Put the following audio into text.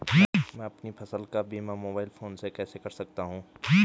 मैं अपनी फसल का बीमा मोबाइल फोन से कैसे कर सकता हूँ?